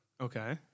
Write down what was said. Okay